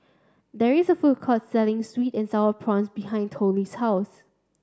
there is a food court selling sweet and sour prawns behind Tollie's house